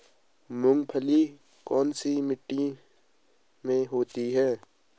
मूंगफली कौन सी मिट्टी में होती है?